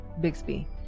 Bixby